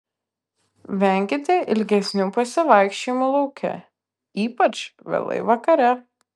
venkite ilgesnių pasivaikščiojimų lauke ypač vėlai vakare